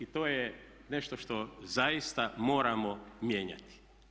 I to je nešto što zaista moramo mijenjati.